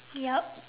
yup